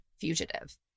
fugitive